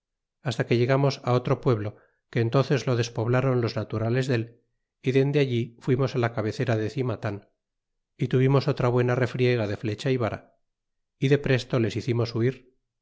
hasta que llegamos otro pueblo que entónces lo despoblron los naturales dé y dende allí fuimos la cabecera de cimatan y tuvimos otra buena refriega de flecha y vara y depresto lea hicimos huir